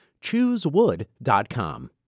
Choosewood.com